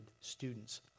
students